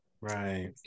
right